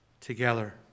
together